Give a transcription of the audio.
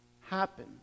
happen